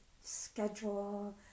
schedule